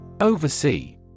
Oversee